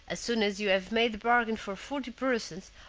as soon as you have made the bargain for forty purses,